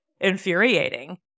infuriating